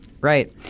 Right